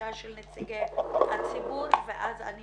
שניים-שלושה נציגי ציבור ואז אני